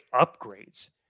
upgrades